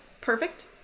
perfect